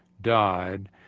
died